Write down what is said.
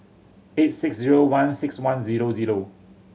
eight six zero one six one zero zero